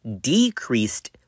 decreased